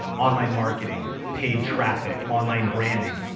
online marketing, paid traffic, online branding.